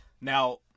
Now